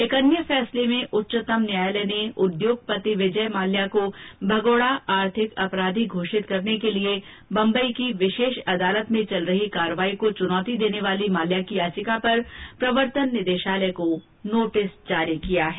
एक अन्य फैसले में उच्चतम न्यायालय ने उद्योगपति विजय माल्या को भगोड़ा आर्थिक अपराधी घोषित करने के लिए बंबई की विशेष अदालत में चल रही कार्यवाही को चुनौती देने वाली माल्या की याचिका पर प्रवर्तन निदेशालय को नोटिस जारी किया है